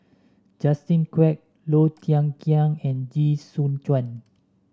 Justin Quek Low Thia Khiang and Chee Soon Juan